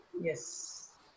yes